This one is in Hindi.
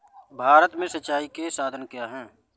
भारत में सिंचाई के साधन क्या है?